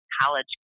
college